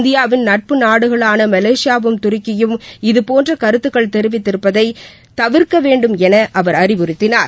இந்தியாவின் நட்புநாடுகளான மலேசியாவும் துருக்கியும் இதபோன்ற கருத்துக்கள் தெரிவிப்பதை தவிர்க்க வேண்டும் என அவர் அறிவுறுத்தினார்